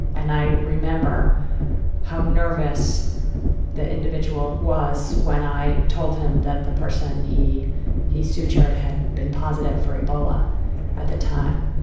and i remember how nervous the individual was when i told him that the person he he sutured had been positive for ebola at the time.